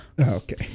Okay